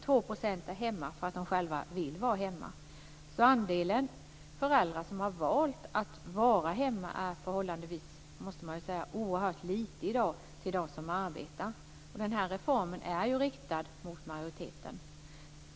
2 % är hemma därför att föräldrarna själva vill att de ska vara hemma. Andelen föräldrar som har valt att vara hemma måste alltså i dag sägas vara oerhört liten i förhållande till dem som arbetar. Den här reformen är också riktad mot majoriteten.